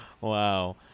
Wow